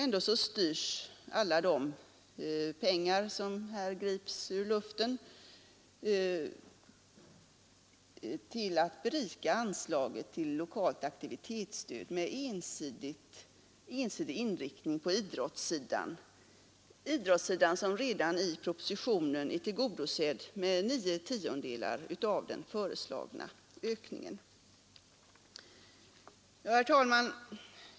Ändå styrs alla de pengar som här grips ur luften till anslaget till lokalt aktivitetsstöd med ensidig inriktning på idrottssidan, som redan i propositionen är tillgodosedd med nio tiondelar av den föreslagna ökningen. Herr talman!